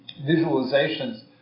visualizations